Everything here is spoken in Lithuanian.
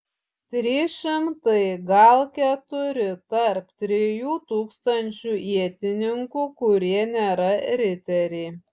trys šimtai gal keturi tarp trijų tūkstančių ietininkų kurie nėra riteriai